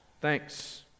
Thanks